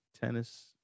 tennis